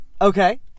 okay